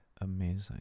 Amazing